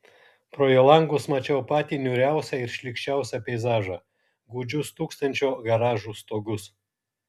pro jo langus mačiau patį niūriausią ir šlykščiausią peizažą gūdžius tūkstančio garažų stogus